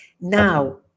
Now